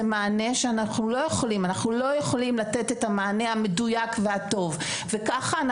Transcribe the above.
זה מענה שאנחנו לא יכולים לתת את המענה המדויק והטוב וכך אנחנו